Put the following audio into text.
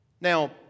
Now